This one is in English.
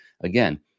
again